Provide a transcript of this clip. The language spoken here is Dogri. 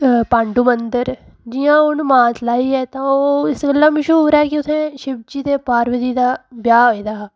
पांडू मंदर जि'यां हून मानतलाई ऐ ओह् इस बेल्लै ओह् मशूहर ऐ क्योंकि उ'त्थें शिवजी ते पार्वती दा ब्याह् होए दा हा